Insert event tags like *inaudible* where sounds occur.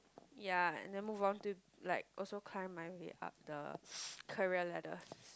ya and then move on to like also climb my way up the *noise* career ladder